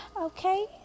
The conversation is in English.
Okay